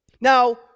Now